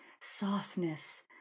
softness